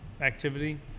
activity